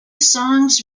songs